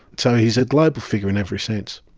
so he is a global figure in every sense.